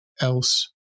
else